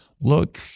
look